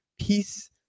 peace